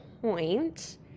point